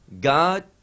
God